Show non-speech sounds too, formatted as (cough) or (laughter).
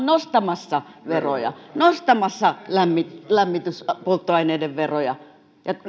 (unintelligible) nostamassa veroja nostamassa lämmityspolttoaineiden veroja